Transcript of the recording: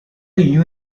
you